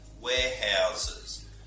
warehouses